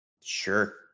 Sure